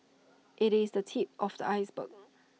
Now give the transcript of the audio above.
IT is the tip of the iceberg